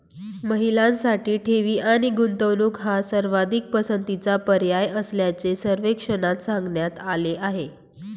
महिलांसाठी ठेवी आणि गुंतवणूक हा सर्वाधिक पसंतीचा पर्याय असल्याचे सर्वेक्षणात सांगण्यात आले आहे